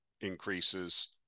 increases